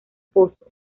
pozo